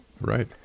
Right